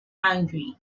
angry